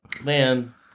Man